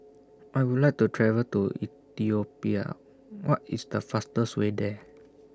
I Would like to travel to Ethiopia What IS The fastest Way There